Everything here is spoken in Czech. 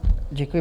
Děkuji.